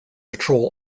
patrol